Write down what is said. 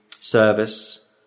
Service